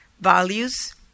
values